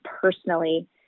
personally